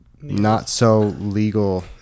not-so-legal